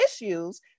issues